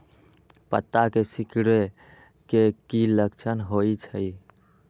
पत्ता के सिकुड़े के की लक्षण होइ छइ?